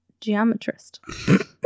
geometrist